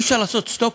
אי-אפשר לעשות סטופ,